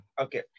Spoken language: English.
Okay